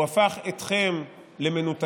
הוא הפך אתכם למנותקים,